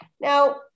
Now